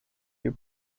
your